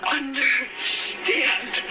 understand